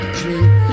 drink